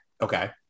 Okay